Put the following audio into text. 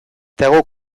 dago